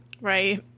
Right